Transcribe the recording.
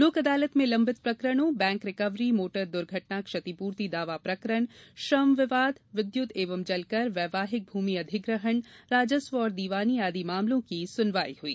लोक अदालत में लम्बित प्रकरणों बैंक रिकवरी मोटर दुर्घटना क्षतिपूर्ति दावा प्रकरण श्रम विवाद विद्युत एवं जल कर वैवाहिक भूमि अधिग्रहण राजस्व और दीवानी आदि मामलों की सुनवाई हुई